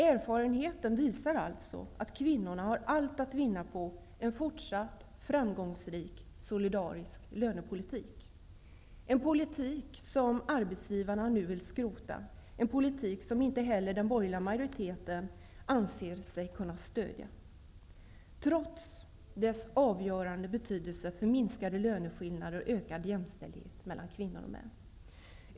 Erfarenheten visar alltså att kvinnorna har allt att vinna på en fortsatt framgångsrik solidarisk lönepolitik, en politik som arbetsgivarna nu vill skrota, en politik som inte heller den borgerliga majoriteten anser sig kunna stödja -- trots dess avgörande betydelse för minskade löneskillnader och ökad jämställdhet mellan kvinnor och män.